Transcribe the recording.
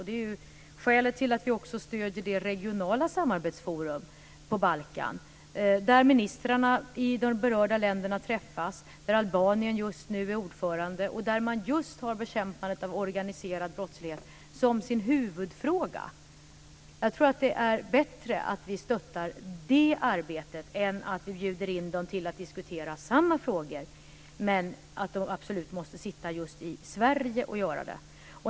Det är skälet till att vi också stöder det regionala samarbetsforum på Balkan där ministrarna i de berörda länderna träffas, där Albanien just nu är ordförande, och där man just har bekämpandet av organiserad brottslighet som sin huvudfråga. Jag tror att det är bättre att vi stöttar det arbetet än att vi bjuder in dem till att diskutera samma frågor och att de absolut måste sitta just i Sverige och göra det.